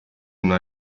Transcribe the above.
una